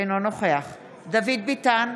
אינו נוכח דוד ביטן,